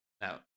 Now